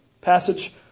passage